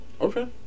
Okay